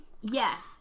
Yes